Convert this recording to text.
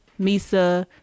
Misa